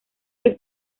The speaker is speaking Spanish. que